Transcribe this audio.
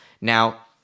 Now